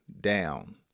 down